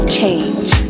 change